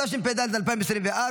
התשפ"ד 2024,